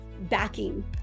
backing